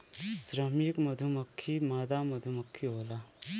श्रमिक मधुमक्खी मादा मधुमक्खी होला